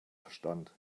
verstand